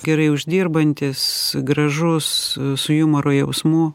gerai uždirbantis gražus su jumoro jausmu